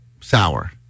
sour